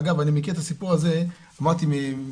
אגב אני מכיר את הסיפור הזה עוד מאבי